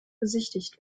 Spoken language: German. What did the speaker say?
besichtigt